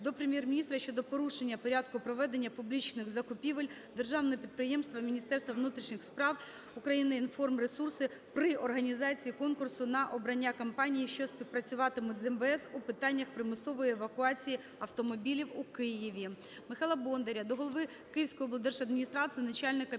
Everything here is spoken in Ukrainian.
до Прем'єр-міністра щодо порушення порядку проведення публічних закупівель Державного підприємства Міністерства внутрішніх справ України "Інформ-Ресурси" при організації конкурсу на обрання компаній, які співпрацюватимуть з МВС у питаннях примусової евакуації автомобілів у місті